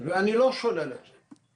ואני לא שולל את זה.